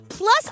Plus